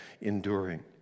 enduring